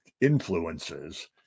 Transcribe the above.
influences